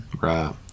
Right